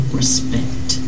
respect